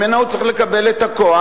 שממנה הוא צריך לקבל את הכוח,